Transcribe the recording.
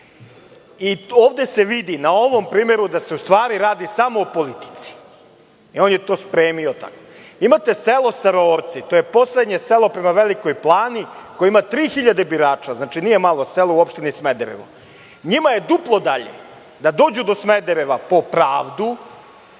Ovde se vidi, na ovom primeru, da se u stvari radi samo o politici i on je to spremio tako. Imate selo Saraorci. To je poslednje selo prema Velikoj Plani koje ima 3.000 birača. Znači, nije malo selo u opštini Smederevo. Njima je duplo dalje da dođu do Smedereva po pravdu